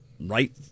right